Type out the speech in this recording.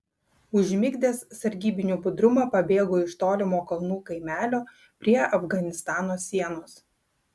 užmigdęs sargybinių budrumą pabėgo iš tolimo kalnų kaimelio prie afganistano sienos